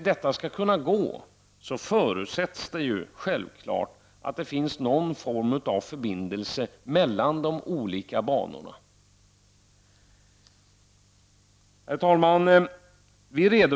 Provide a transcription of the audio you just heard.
Men då förutsätts självfallet att det finns någon form av förbindelse mellan de olika banorna. Herr talman!